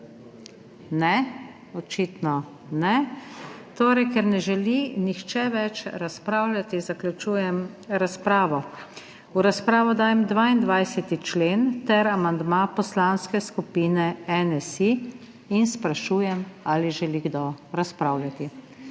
Očitno ne. Ker ne želi nihče več razpravljati, zaključujem razpravo. V razpravo dajem 22. člen ter amandma Poslanske skupine NSi. Sprašujem, ali želi kdo razpravljati.